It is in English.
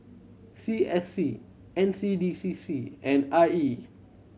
C S C N C D C C and I E